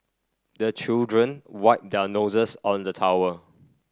the children wipe their noses on the towel